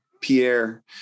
Pierre